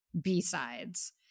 B-sides